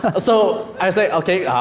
ah so, i say, okay,